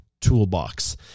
toolbox